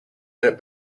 minute